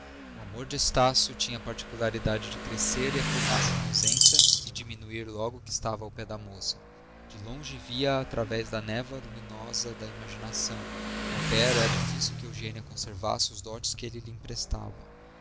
o amor de estácio tinha a particularidade de crescer e afirmar se na ausência e diminuir logo que estava ao pé da moça de longe via-a através da névoa luminosa da imaginação ao pé era difícil que eugênia conservasse os dotes que ele lhe emprestava